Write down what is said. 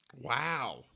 Wow